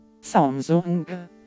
Samsung